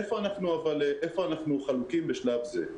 אבל איפה אנחנו חלוקים בשלב זה?